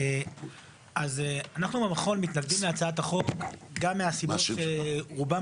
אז אנחנו במכון מתנגדים להצעת החוק גם מהסיבות שרובן